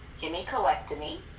hemicolectomy